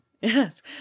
Yes